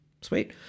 sweet